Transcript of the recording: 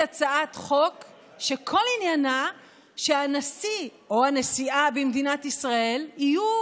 הצעת חוק שכל עניינה שהנשיא או הנשיאה במדינת ישראל יהיו